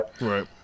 Right